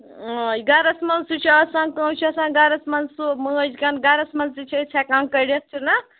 گَرَس منٛز تہِ چھُ آسان کٲنٛسہِ چھُ آسان گَرَس منٛز سُہ مانٛچھ گن گَرَس منٛز تہِ چھِ أسۍ ہٮ۪کان کٔڈِتھ چھُنا